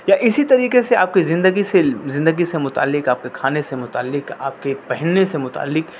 یا اسی طریکے سے آپ کے زندگی سے زندگی سے متعلک آپ کے کھانے سے متعلک آپ کے پہننے سے متعلک